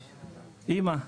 אמא,